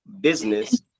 business